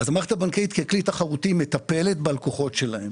המערכת הבנקאית ככלי תחרותי מטפלת בלקוחות שלה.